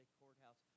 courthouse